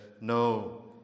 No